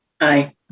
Aye